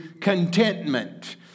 contentment